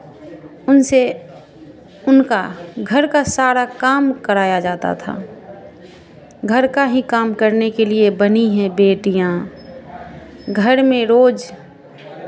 उनसे उनका घर का सारा काम कराया जाता था घर का ही काम करने के लिए बनी है बेटियाँ घर में रोज़